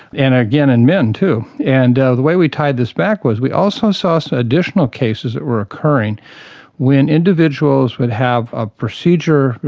and again in men too. and the way we tied this back was we also saw so additional cases that were occurring when individuals would have a procedure,